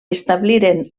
establiren